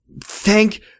Thank